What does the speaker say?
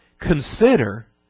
consider